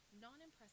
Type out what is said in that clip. non-impressive